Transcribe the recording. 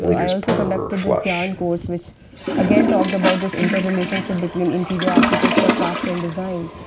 i also conducted this gian course, which again talked about this inter-relationship between interior-architecture, craft and design.